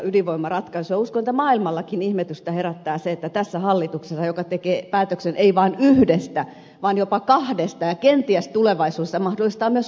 uskon että maailmallakin ihmetystä herättää se että hallitus jossa edelleen istuvat vihreät tekee päätöksen ei vaan yhdestä vaan jopa kahdesta luvasta ja kenties tulevaisuudessa mahdollistaa myös